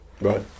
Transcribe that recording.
Right